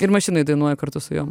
ir mašinoj dainuoju kartu su jom